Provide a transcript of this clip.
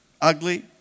ugly